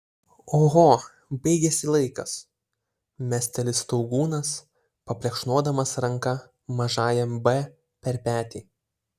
oho baigėsi laikas mesteli staugūnas paplekšnodamas ranka mažajam b per petį